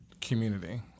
community